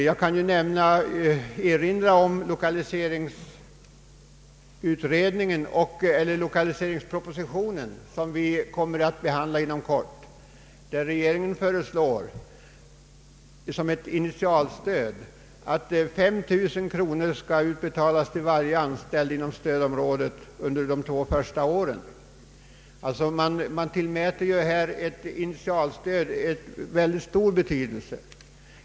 även om det blir någon förlust vill jag erinra om lokaliseringspropositionen, som vi kommer att behandla inom kort, i vilken regeringen föreslår att såsom ett initialstöd 5 000 kronor skulle betalas för varje ny helårsarbetare inom viss del av stödområdet under de två första åren. Regeringen tillmäter således ett initialstöd mycket stor betydelse.